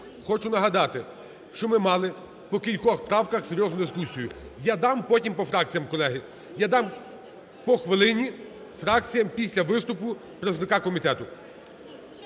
Хочу нагадати, що ми мали по кількох правках серйозну дискусію. Я дам потім по фракціям, колеги. Я дам по хвилині фракціям після виступу представника комітету.